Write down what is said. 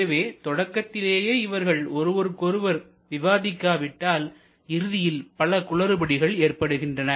எனவே தொடக்கத்திலேயே இவர்கள் ஒருவருக்கொருவர் விவாதிக்கவிட்டால் இறுதியில் பல குளறுபடிகள் ஏற்படுகின்றன